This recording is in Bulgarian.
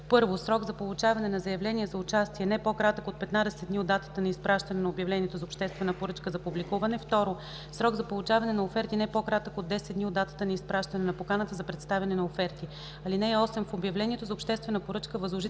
1. срок за получаване на заявления за участие - не по-кратък от 15 дни от датата на изпращане на обявлението за обществена поръчка за публикуване; 2. срок за получаване на оферти - не по-кратък от 10 дни от датата на изпращане на поканата за представяне на оферти. (8) В обявлението за обществена поръчка възложителят